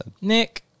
Nick